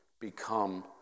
become